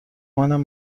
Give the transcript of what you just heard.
منم